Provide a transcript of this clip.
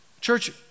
Church